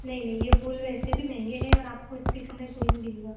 नहीं नहीं ये फूल वैसे भी महँगे हैं और आपको इतने कम में कोई नहीं देगा